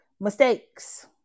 mistakes